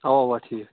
اَوا اَوا ٹھیٖک